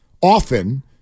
often